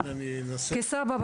כסבא אני